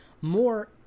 more